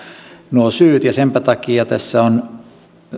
nuo syyt ja senpä takia tässä on